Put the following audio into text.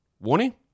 Warning